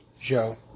Joe